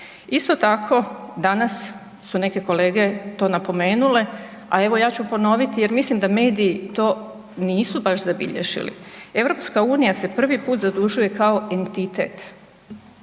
Isto tako, danas su neke kolege to napomenule, a evo ja ću ponoviti jer mislim da mediji to nisu baš zabilježili. EU se prvi put zadužuje kao entitet,